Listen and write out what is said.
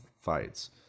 fights